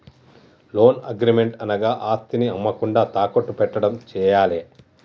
loan agreement అనగా ఆస్తిని అమ్మకుండా తాకట్టు పెట్టడం చేయాలే